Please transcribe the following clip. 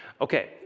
Okay